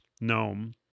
GNOME